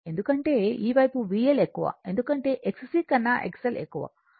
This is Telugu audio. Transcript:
ఎందుకంటే ఈ వైపు VL ఎక్కువ ఎందుకంటే XC కన్నా XL ఎక్కువ అంటే VC కన్నా VL ఎక్కువ